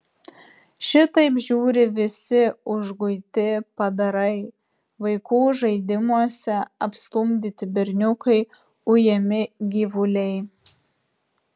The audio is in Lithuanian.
šitaip žiūri visi užguiti padarai vaikų žaidimuose apstumdyti berniukai ujami gyvuliai